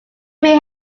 may